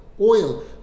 Oil